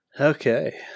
Okay